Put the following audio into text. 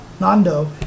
Nando